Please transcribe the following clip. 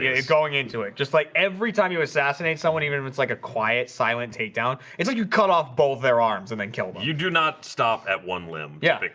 yeah he's going into it just like every time you assassinate someone even if it's like a quiet silent takedown it's like you cut off both their arms and then kill them you do not stop at one limb yeah,